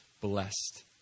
blessed